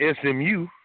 SMU